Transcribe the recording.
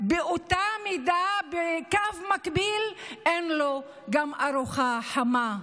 באותה מידה, בקו מקביל, שגם אין לו ארוחה חמה.